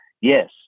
yes